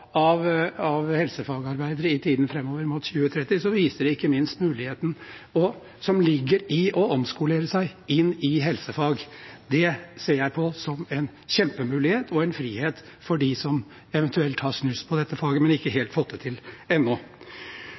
helsefagarbeidere i tiden framover mot 2030 –muligheten som ligger i å omskolere seg til helsefag. Det ser jeg på som en kjempemulighet og som en frihet for dem som eventuelt har snust på dette faget, men ikke helt fått det til ennå.